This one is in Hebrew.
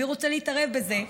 מי רוצה להתערב בזה,